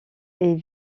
est